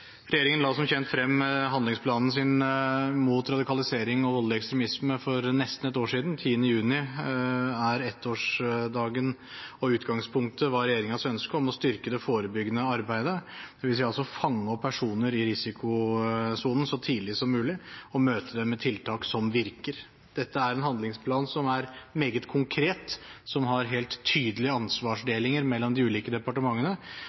Regjeringen la som kjent frem sin handlingsplan mot radikalisering og voldelig ekstremisme for nesten et år siden – 10. juni er ettårsdagen. Utgangspunktet var regjeringens ønske om å styrke det forebyggende arbeidet, dvs. fange opp personer i risikosonen så tidlig som mulig og møte dem med tiltak som virker. Dette er en handlingsplan som er meget konkret, og som har helt tydelige ansvarsdelinger mellom de ulike departementene.